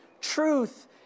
truth